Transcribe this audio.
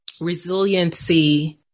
resiliency